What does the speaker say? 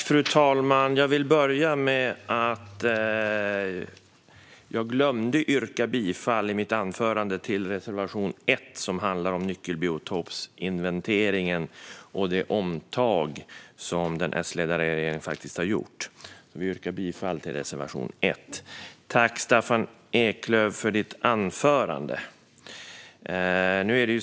Fru talman! I mitt anförande glömde jag att yrka bifall till reservation 1, som handlar om nyckelbiotopsinventeringen och det omtag som den Sledda regeringen faktiskt har gjort. Jag yrkar bifall till reservation 1. Tack, Staffan Eklöf, för ditt anförande!